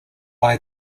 lie